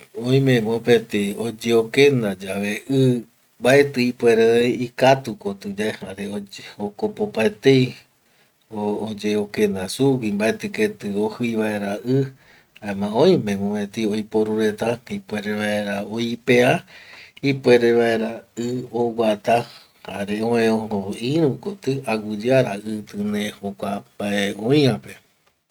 Oime mopeti oyeokenda yave i mbaeti ipuere öe ikatu koti yae jare jokope opaetei oyeo kenda sugui mbaeti keti ojii vaera i jaema oime mopeti oiporu reta ipuere vaera oipea, ipuere vaera i oguata jare öe ojo ïru koti aguiyeara i tine jokua mbae oiäpe